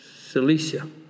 Cilicia